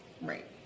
right